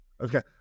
okay